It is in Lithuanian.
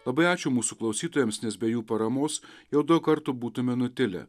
labai ačiū mūsų klausytojams nes be jų paramos jau daug kartų būtume nutilę